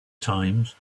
times